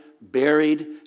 buried